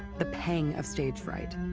the pang of stage fright